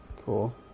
Cool